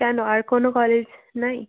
কেন আর কোনও কলেজ নাই